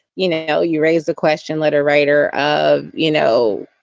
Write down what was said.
you know, you raise the question, letter writer, ah you know,